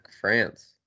France